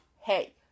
hey